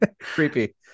creepy